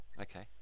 Okay